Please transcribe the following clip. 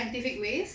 scientific ways